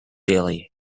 daily